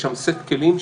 יש שם סט כלים,